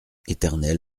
éternel